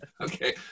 okay